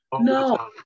No